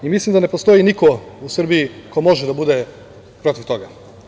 Mislim da ne postoji niko u Srbiji ko može da bude protiv toga.